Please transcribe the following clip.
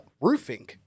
roofing